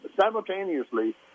simultaneously